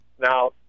Now